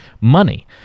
money